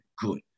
good